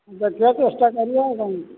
ଦେଖିବା ଚେଷ୍ଟା କରିବା ଆଉ କ'ଣ